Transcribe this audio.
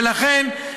ולכן,